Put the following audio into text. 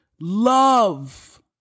love